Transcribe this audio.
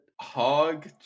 hog